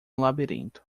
labirinto